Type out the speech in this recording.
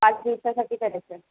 पाच दिवसासाठी करायचं आहे